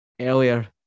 Earlier